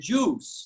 Jews